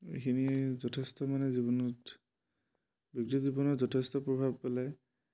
এইখিনি যথেষ্ট মানে জীৱনত ব্যক্তি জীৱনত যথেষ্ট প্ৰভাৱ পেলাই